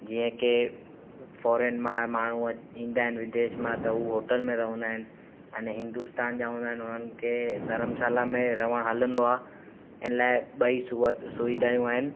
जीअं की फोरेन मां माण्हू ईंदा आहिनि विदेश मां त उहो होटल में रहंदा आहिनि अने हिंदुस्तान जा हूंदा आहिनि उन्हनि खे धरमशाला में रहणु हलंदो आहे इन लाइ ॿई सुव सुविधायूं आहिनि